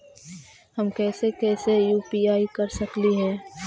हम कैसे कैसे यु.पी.आई कर सकली हे?